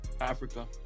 Africa